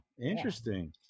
interesting